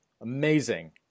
Amazing